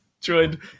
Joined